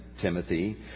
Timothy